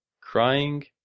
crying